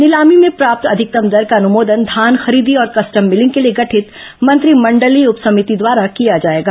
नीलामी में प्राप्त अधिकतम दर का अनुमोदन धान खरीदी और कस्टम मीलिंग के लिए गठित मंत्रिमंडलीय उप समिति द्वारा किया जाएगा